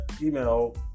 email